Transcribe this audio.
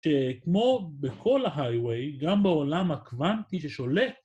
‫שכמו בכל ההיי ווי, ‫גם בעולם הקוונטי ששולט...